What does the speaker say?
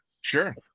Sure